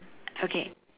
okay